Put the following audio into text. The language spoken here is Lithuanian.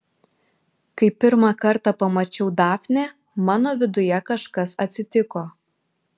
kai pirmą kartą pamačiau dafnę mano viduje kažkas atsitiko